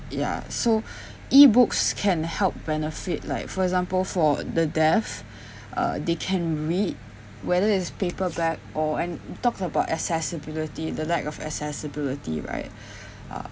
ya so E books can help benefit like for example for the deaf uh they can read whether it's paperback or and talk about accessibility the lack of accessibility right uh